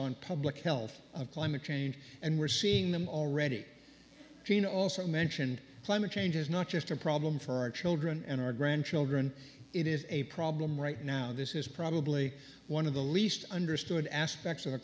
on public health of climate change and we're seeing them already jeanne also mentioned climate change is not just a problem for our children and our grandchildren it is a problem right now this is probably one of the least understood aspects of the